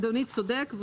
אדוני צודק.